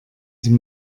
sie